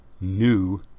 New